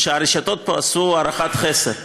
הרשתות עשו פה הערכת חסר.